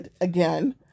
again